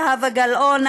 זהבה גלאון,